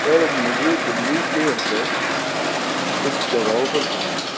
سر مجھے دلی کے اندر کچھ جگہوں پر گھومنا ہے